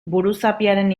buruzapiaren